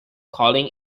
calling